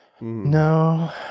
No